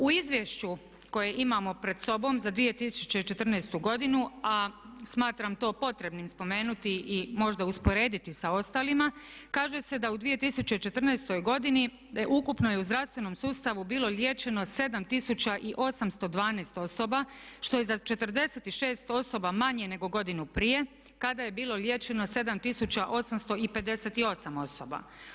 U izvješću koje imamo pred sobom za 2014. godinu a smatram to potrebnim spomenuti i možda usporediti sa ostalima, kaže se da u 2014. ukupno je u zdravstvenom sustavu bilo liječeno 7812 osoba što je za 46 osoba manje nego godinu prije kada je bilo liječeno 7858 osoba.